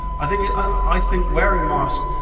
i think i think wearing masks,